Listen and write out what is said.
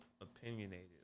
opinionated